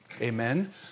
amen